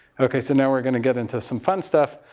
okay, so now we're going to get into some fun stuff.